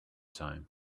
time